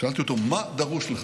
שאלתי אותו: מה דרוש לך,